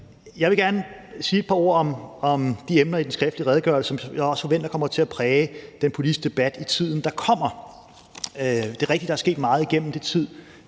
Jeg vil gerne sige et par ord om de emner i den skriftlige redegørelse, som jeg også forventer kommer til at præge den politiske debat i tiden, der kommer. Det er rigtigt, at der er sket meget i det år,